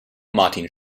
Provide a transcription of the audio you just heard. martin